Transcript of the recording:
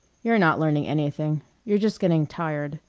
you're not learning anything you're just getting tired.